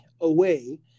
away